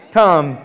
come